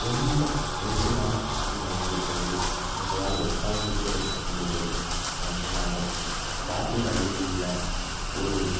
ரொம்ப நெரிசலான கூட்டம் நிறைந்திருந்தது எங்களால் உக்காந்துக்கூட இருக்க முடியவில்லை மற்றும் நாங்கள் பாத் ரூம் அருகிலுள்ள ஒரு